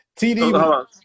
TD